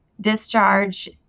discharge